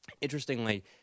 Interestingly